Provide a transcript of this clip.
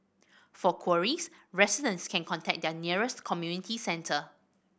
for queries residents can contact their nearest community centre